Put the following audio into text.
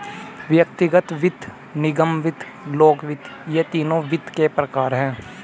व्यक्तिगत वित्त, निगम वित्त, लोक वित्त ये तीनों वित्त के प्रकार हैं